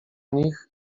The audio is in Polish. nich